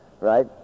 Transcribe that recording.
right